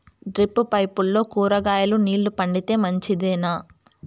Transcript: Drip పైపుల్లో కూరగాయలు నీళ్లు కడితే మంచిదేనా?